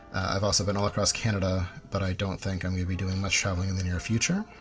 i've also been all across canada but i don't think i'm going to be doing much travelling in the near future.